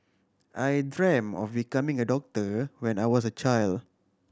I dreamt of becoming a doctor when I was a child